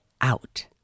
out